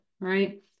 Right